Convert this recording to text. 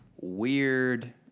weird